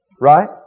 Right